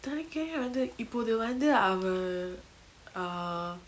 தாங்க அது இப்போது வந்து:thanga athu ippothu vanthu our err